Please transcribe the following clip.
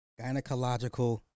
gynecological